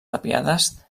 tapiades